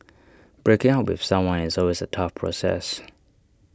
breaking up with someone is always A tough process